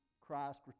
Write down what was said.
Christ